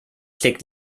klickt